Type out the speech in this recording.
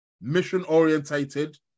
mission-orientated